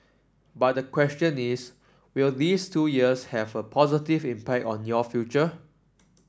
but the question is will these two years have a positive impact on your future